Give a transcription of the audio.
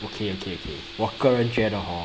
okay okay okay 我个人觉得 hor